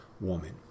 woman